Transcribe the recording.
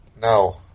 No